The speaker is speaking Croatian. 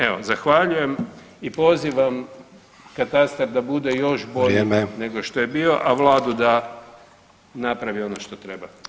Evo, zahvaljujem i pozivam katastar da bude još bolji [[Upadica: Vrijeme]] nego što je bio a Vladu da napravi ono što treba.